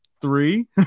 three